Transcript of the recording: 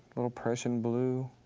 little prussian blue,